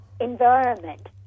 environment